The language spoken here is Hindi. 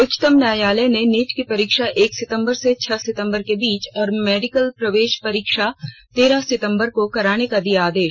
उच्चतम न्यायालय ने नीट की परीक्षा एक सितम्बर से छह सितम्बर के बीच और मेडिकल प्रवेश परीक्षा तेरह सितम्बर को कराने का दिया आदेश